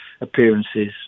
appearances